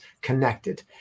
connected